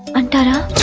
and